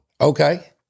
Okay